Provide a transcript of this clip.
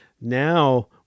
Now